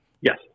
Yes